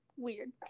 Weird